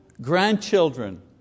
grandchildren